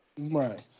Right